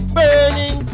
burning